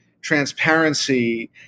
transparency